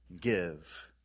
give